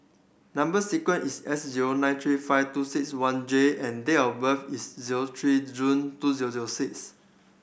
number sequence is S zero nine three five two six one J and date of birth is zero three June two zero zero six